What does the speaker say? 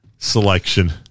selection